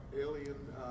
alien